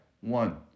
One